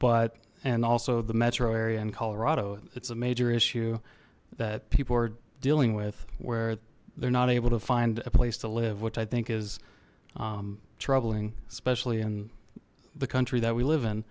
but and also the metro area and colorado it's a major issue that people are dealing with where they're not able to find a place to live which i think is troubling especially in the country that we live in